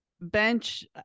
Bench